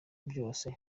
byose